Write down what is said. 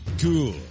cool